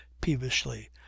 peevishly